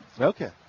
Okay